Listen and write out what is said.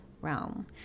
realm